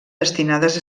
destinades